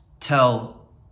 tell